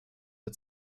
der